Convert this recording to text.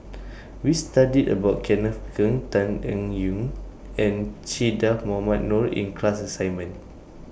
We studied about Kenneth Keng Tan Eng Yoon and Che Dah Mohamed Noor in class assignment